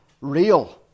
real